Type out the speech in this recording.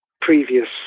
previous